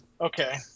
Okay